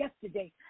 yesterday